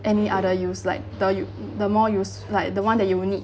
any other use like the you the more you like the one that you will need